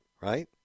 right